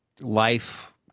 life